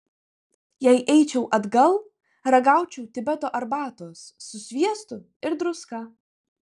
jei eičiau atgal ragaučiau tibeto arbatos su sviestu ir druska